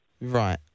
Right